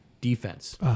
defense